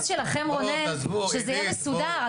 האינטרס שלכם רונן שזה יהיה מסודר,